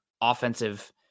offensive